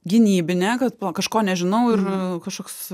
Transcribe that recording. gynybinė kad pala kažko nežinau ir kažkoks